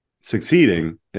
succeeding